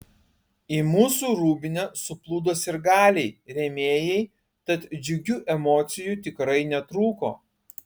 į mūsų rūbinę suplūdo sirgaliai rėmėjai tad džiugių emocijų tikrai netrūko